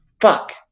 fuck